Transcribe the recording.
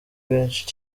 benshi